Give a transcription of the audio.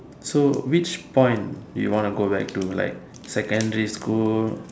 so which point do you want to go back to like secondary school